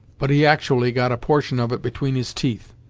but he actually got a portion of it between his teeth.